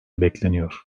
bekleniyor